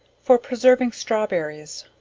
for preserving strawberries.